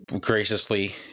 graciously